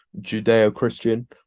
Judeo-Christian